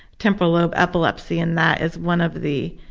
temporal lobe epilepsy, and that is one of the